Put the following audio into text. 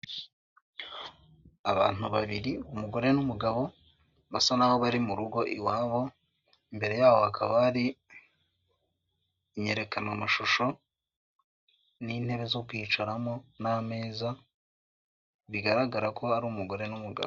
Abantu babiri, umugore n'umugabo basa naho bari mu rugo iwabo, imbere yabo hakaba hari inyerekanamashusho n'intebe zo kwicaramo n'ameza, bigaragara ko ari umugore n'umugabo.